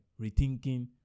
rethinking